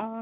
অঁ